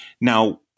now